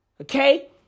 Okay